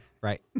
Right